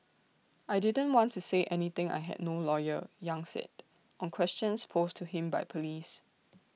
I didn't want to say anything I had no lawyer yang said on questions posed to him by Police